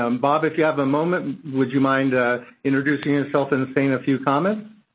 um bob, if you have a moment, would you mind introducing yourself and saying a few comments?